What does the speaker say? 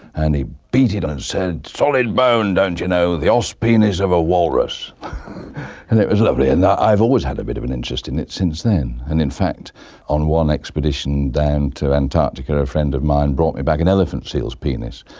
and he beat it and said, solid bone, don't you know, the os penis of a walrus and it was lovely, and i've always had a bit of an interest in it since then. and in fact on one expedition down to antarctica a friend of mine brought me back an elephant seal's penis.